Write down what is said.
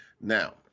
Now